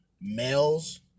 males